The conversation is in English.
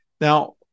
Now